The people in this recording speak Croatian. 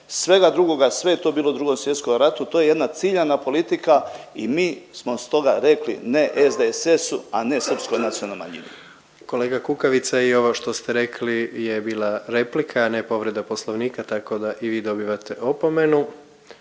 svega drugoga sve je to bilo u 2. Svjetskom ratu. To je jedna ciljana politika i mi smo stoga rekli ne SDSS-u, a ne srpskoj nacionalnoj manjini. **Jandroković, Gordan (HDZ)** Kolega Kukavica i ovo što ste rekli je bila replika, a ne povreda poslovnika tako da i vi dobivate opomenu.